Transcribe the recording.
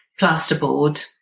plasterboard